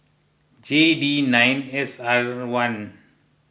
J D nine S R one